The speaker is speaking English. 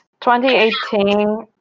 2018